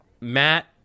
matt